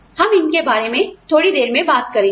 हम इनके बारे में थोड़ी देर में बात करेंगे